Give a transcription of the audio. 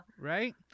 Right